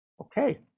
Okay